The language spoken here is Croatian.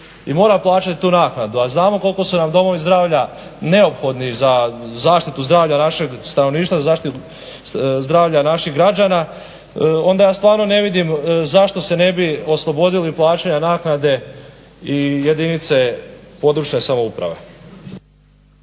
i mora plaćati tu naknadu, a znamo koliko su nam domovi zdravlja neophodni za zaštitu zdravlja našeg stanovništva, zaštitu zdravlja naših građana, onda ja stvarno ne vidim zašto se ne bi oslobodili plaćanja naknade i jedinice područne samouprave.